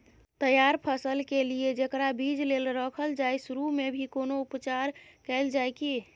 तैयार फसल के लिए जेकरा बीज लेल रखल जाय सुरू मे भी कोनो उपचार कैल जाय की?